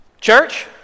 church